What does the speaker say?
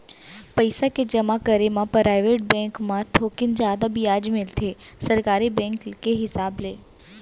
पइसा के जमा करे म पराइवेट बेंक म थोकिन जादा बियाज मिलथे सरकारी बेंक के हिसाब ले